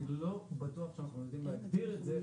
אני לא בטוח שאנחנו יודעים להגדיר את זה.